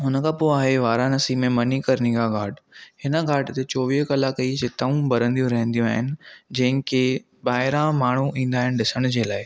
हुन खां पोइ आहे वाराणसी में मणिकर्णिका घाटु हिन घाटु ते चोवीह कलाक ई चिताऊं ॿरंदियूं रहंदियूं आहिनि जिंहिं खे ॿाहिरां माण्हू ईंदा आहिनि ॾिसणु जे लाइ